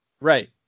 Right